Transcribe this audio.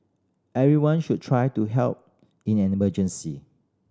everyone should try to help in an emergency